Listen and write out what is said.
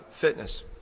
fitness